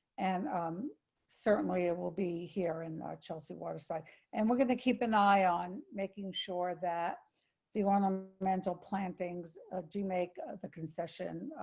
and um certainly, it will be here in chelsea waterside and we're going to keep an eye on making sure that the um mental plantings do make the concession.